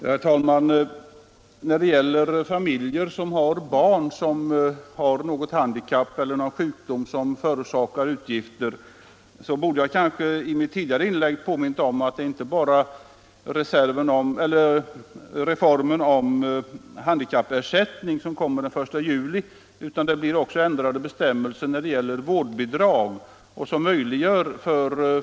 Herr talman! När det gäller familjer som har barn med handikapp eller sjukdom som förorsakar utgifter eller speciell vård borde jag i mitt tidigare inlägg ha påmint om att det inte bara kommer en reform om handikappersättning den 1 juli i år utan också ändrade bestämmelser för vårdbidrag.